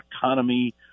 economy